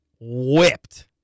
whipped